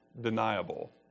deniable